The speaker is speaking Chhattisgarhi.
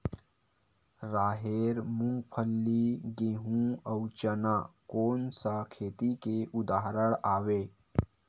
राहेर, मूंगफली, गेहूं, अउ चना कोन सा खेती के उदाहरण आवे?